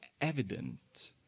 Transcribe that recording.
evident